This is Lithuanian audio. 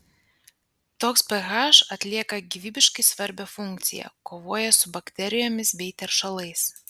toks ph atlieka gyvybiškai svarbią funkciją kovoja su bakterijomis bei teršalais